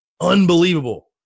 Unbelievable